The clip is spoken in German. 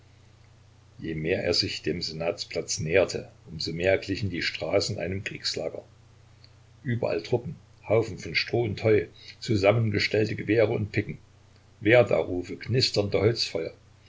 je mehr er sich dem senatsplatz näherte um so mehr glichen die straßen einem kriegslager überall truppen haufen von stroh und heu zusammengestellte gewehre und picken werda rufe knisternde holzfeuer